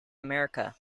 america